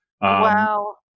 Wow